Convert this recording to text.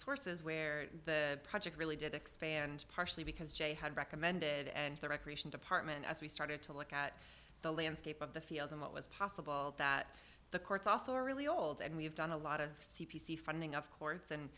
sources where the project really did expand partially because jay had recommended and the recreation department as we started to look at the landscape of the field and what was possible that the courts also really old and we've done a lot of c p c funding of courts and